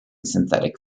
synthetic